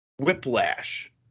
whiplash